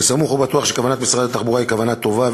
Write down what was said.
אני סמוך ובטוח שכוונת משרד התחבורה היא טובה,